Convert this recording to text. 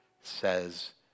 says